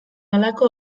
halako